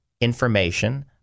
information